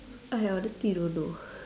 I honestly don't know